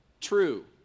true